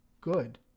good